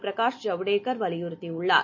பிரகாஷ் ஜவடேகர் வலியுறுத்தியுள்ளார்